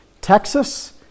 Texas